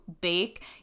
bake